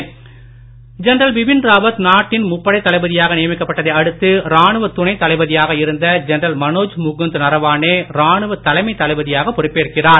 ராணுவ தளபதி ஜென்ரல் பிபின் ராவத் நாட்டின் முப்படைத் தளபதியாக நியமிக்கப்பட்டதை அடுத்து ராணுவ துணை தளபதியாக இருந்த ஜென்ரல் மனோஜ் முகுந்த் நராவானே ராணுவ தலைமை தளபதியாக பொறுப்பேற்கிறார்